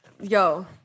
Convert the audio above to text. yo